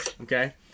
Okay